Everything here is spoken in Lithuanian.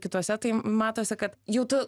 kitose tai matosi kad jau tu